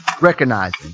recognizing